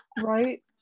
Right